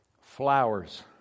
Flowers